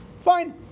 Fine